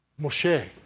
Moshe